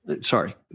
sorry